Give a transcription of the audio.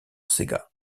sega